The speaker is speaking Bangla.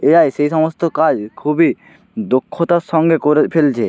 এ আই সেই সমস্ত কাজ খুবই দক্ষতার সঙ্গে করে ফেলছে